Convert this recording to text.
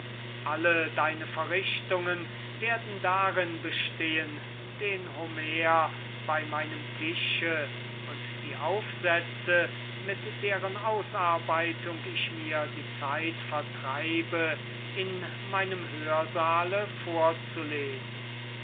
alle deine verrichtungen werden darin bestehen den homer bei meinem tische und die aufsätze mit deren ausarbeitung ich mir die zeit vertreibe in meinem hör saal vorzulesen